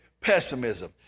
pessimism